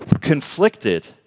conflicted